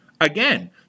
again